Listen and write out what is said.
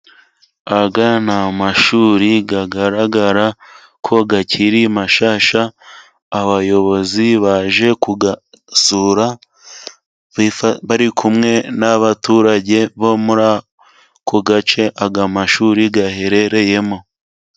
Aya ni amashuri agaragara ko akiri mashyashya， abayobozi baje kuyasura， bari kumwe n'abaturage bo muri ako gace ayo mashuri aherereyemo.